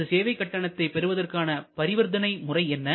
நமது சேவை கட்டணத்தை பெறுவதற்கான பரிவர்த்தனை முறை என்ன